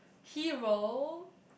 hero